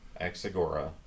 Exagora